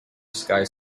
sky